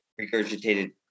regurgitated